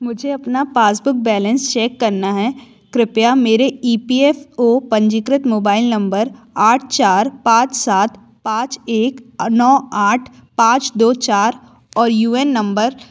मुझे अपना passbook balance check करना है कृपया मेरे ई पी एफ ओ पंजीकृत मोबाइल नम्बर आठ चार पाँच सात पाँच एक नौ आठ पाँच दो चार और यू ए एन नम्बर